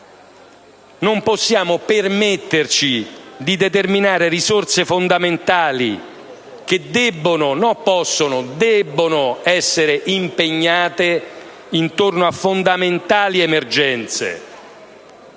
Non possiamo permetterci di toccare risorse essenziali che debbono - non possono: debbono - essere impegnate per fondamentali emergenze.